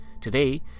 Today